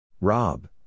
Rob